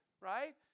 right